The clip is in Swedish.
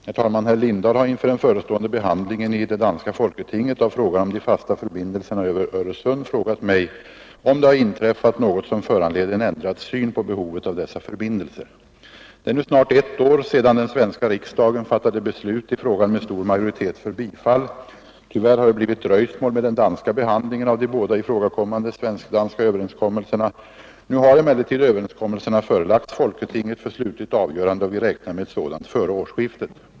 Herr talman! Herr Lindahl i Lidingö har inför den förestående behandlingen i det danska folketinget av frågan om de fasta förbindelserna över Öresund frågat mig, om det har inträffat något som föranleder en ändrad syn på behovet av dessa förbindelser. Det är nu snart ett år sedan den svenska riksdagen fattade beslut i frågan med stor majoritet för bifall. Tyvärr har det blivit dröjsmål med den danska behandlingen av de båda ifrågakommande svensk-danska överenskommelserna. Nu har emellertid överenskommelserna förelagts folketinget för slutligt avgörande, och vi räknar med ett sådant före årsskiftet.